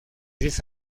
diez